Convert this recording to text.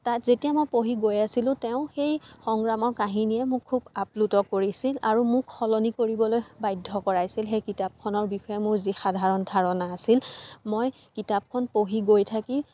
তাত যেতিয়া মই পঢ়ি গৈ আছিলোঁ তেওঁ সেই সংগ্ৰামৰ কাহিনীয়ে মোক খুব আপ্লুত কৰিছিল আৰু মোক সলনি কৰিবলৈ বাধ্য় কৰাইছিল সেই কিতাপখনৰ বিষয়ে মোৰ যি সাধাৰণ ধাৰণা আছিল মই কিতাপখন পঢ়ি গৈ থাকি